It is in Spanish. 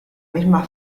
misma